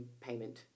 payment